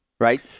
Right